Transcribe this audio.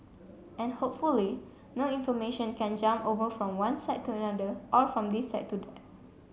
and hopefully no information can jump over from one side to another or from this side to that